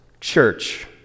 church